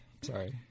Sorry